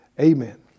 Amen